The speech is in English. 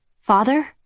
Father